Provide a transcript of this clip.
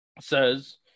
says